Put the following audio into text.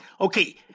Okay